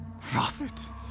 Prophet